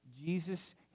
Jesus